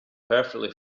perfectly